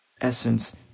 essence